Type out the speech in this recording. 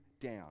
down